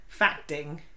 Facting